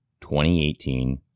2018